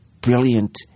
brilliant